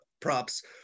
props